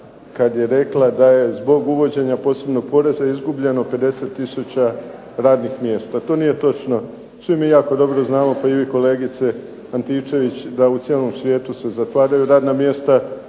kad je rekla da je zbog uvođenja posebnog poreza izgubljeno 50 tisuća radnih mjesta. To nije točno. Svi mi jako dobro znamo, pa i vi kolegice Antičević, da u cijelom svijetu se zatvaraju radna mjesta,